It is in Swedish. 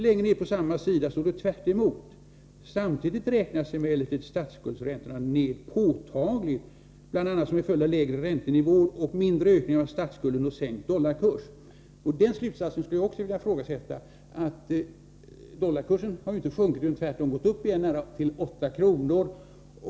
Längre ned på samma sida säger man tvärtemot: ”Samtidigt räknas emellertid statsskuldräntorna ned påtagligt, bl.a. som en följd av lägre räntenivå, mindre ökning av statsskulden och sänkt dollarkurs.” Jag skulle också vilja ifrågasätta slutsatsen beträffande dollarkursen — den har ju inte sjunkit utan tvärtom gått upp igen till nära 8 kr.